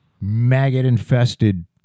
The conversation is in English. maggot-infested